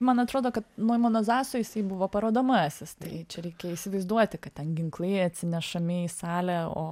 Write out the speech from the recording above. man atrodo kad noimano zaso jisai buvo parodomasis tai čia reikia įsivaizduoti kad ten ginklai atsinešami į salę o